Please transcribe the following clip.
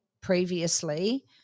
previously